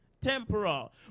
temporal